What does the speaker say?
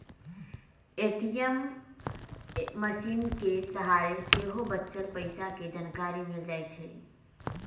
ATM मशीनके सहारे सेहो बच्चल पइसा के जानकारी मिल जाइ छइ